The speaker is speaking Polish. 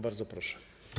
Bardzo proszę.